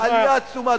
עלייה עצומה,